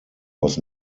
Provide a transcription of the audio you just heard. was